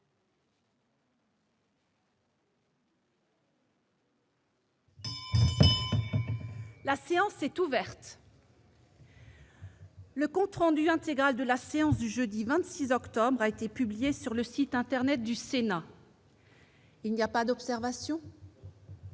La séance est ouverte. Le compte rendu intégral de la séance du jeudi 26 octobre 2017 a été publié sur le site internet du Sénat. Il n'y a pas d'observation ?